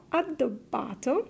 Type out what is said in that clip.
addobbato